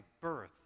birth